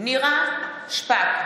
נירה שפק,